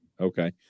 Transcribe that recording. Okay